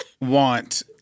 want